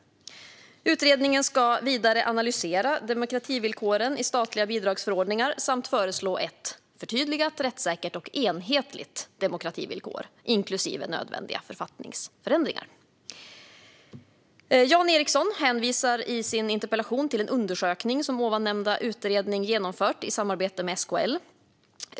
Utredningen ska vidare analysera demokrativillkoren i statliga bidragsförordningar samt föreslå ett förtydligat, rättssäkert och enhetligt demokrativillkor, inklusive nödvändiga författningsändringar. Jan Ericson hänvisar i sin interpellation till en undersökning som nyss nämnda utredning genomfört i samarbete med SKL.